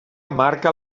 marca